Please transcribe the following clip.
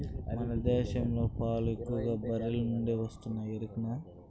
మన దేశంలోని పాలు ఎక్కువగా బర్రెల నుండే వస్తున్నాయి ఎరికనా